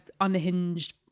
unhinged